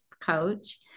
coach